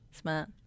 Smart